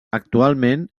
actualment